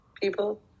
people